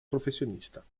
professionista